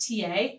TA